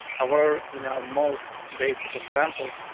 our in our most basic example,